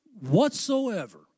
whatsoever